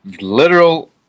literal